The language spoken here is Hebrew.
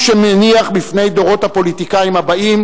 הוא שמניח בפני דורות הפוליטיקאים הבאים